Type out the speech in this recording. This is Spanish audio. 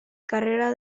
carrera